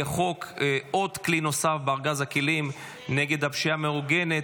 יהיו עוד כלי נוסף בארגז הכלים נגד הפשיעה המאורגנת.